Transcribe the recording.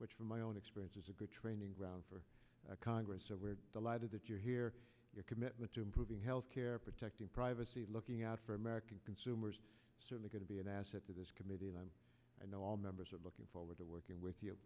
which from my own experience is a good training ground for congress so we're delighted that you're here your commitment to improving health care protecting privacy looking out for american consumers are going to be an asset to this committee and i know all members are looking forward to working with you